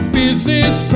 business